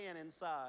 inside